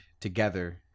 together